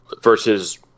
versus